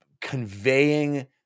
conveying